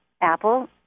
Apple